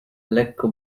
lekko